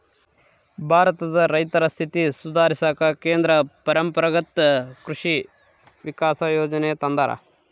ಭಾರತದ ರೈತರ ಸ್ಥಿತಿ ಸುಧಾರಿಸಾಕ ಕೇಂದ್ರ ಪರಂಪರಾಗತ್ ಕೃಷಿ ವಿಕಾಸ ಯೋಜನೆ ತಂದಾರ